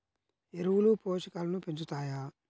ఎరువులు పోషకాలను పెంచుతాయా?